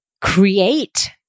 create